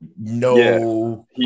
no